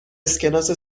اسکناس